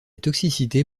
toxicité